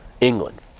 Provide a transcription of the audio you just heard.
England